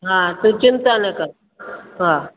हा तू चिंता न कर हा